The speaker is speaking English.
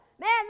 Man